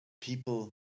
people